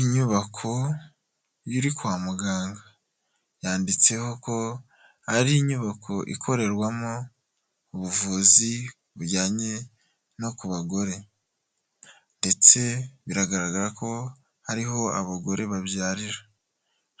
Inyubako iri kwa muganga yanditseho ko ari inyubako ikorerwamo ubuvuzi bujyanye no ku bagore ndetse biragaragara ko ariho abagore babyarira,